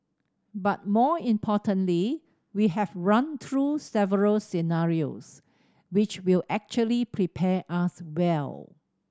but more importantly we have run through several scenarios which will actually prepare us well